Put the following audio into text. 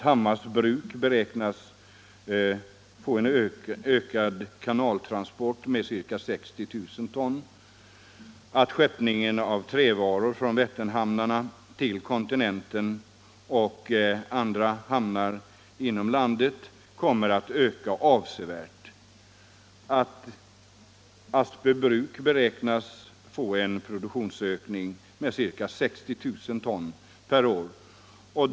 Hammars bruk beräknas få en ökad kanaltransport med ca 60 000 ton per år. Skeppning av trävaror från Vätterhamnarna till andra hamnar inom landet och till kontinenten kommer att öka avsevärt. Aspö bruk beräknas få en produktionsökning med ca 60 000 ton per år.